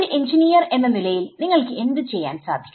ഒരു എഞ്ചിനീയർ എന്ന നിലയിൽ നിങ്ങൾക്ക് എന്ത് ചെയ്യാൻ സാധിക്കും